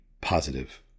positive